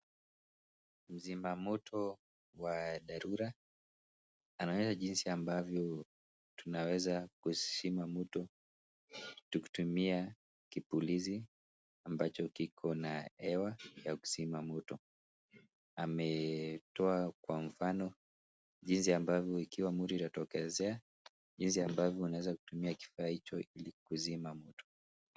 Mzima moto wa dharura anayo jinsi ambavyo tunaweza kuzima moto tukitumia kipulizi, ambacho kikona hewa ya kuzima moto. Ametoa kwa mfano, jinsi ambavyo ikiwa moto itatokezea, jinsi ambavyo unaweza kutumia kifaa hicho ili kuzima moto.